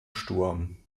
sturm